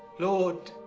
lord,